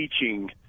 teaching